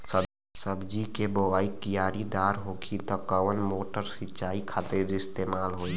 सब्जी के बोवाई क्यारी दार होखि त कवन मोटर सिंचाई खातिर इस्तेमाल होई?